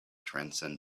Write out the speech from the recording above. transcend